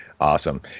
awesome